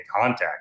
contact